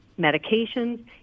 medications